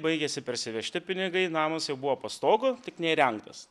baigėsi parsivežti pinigai namas jau buvo po stogu tik neįrengtas